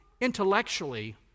intellectually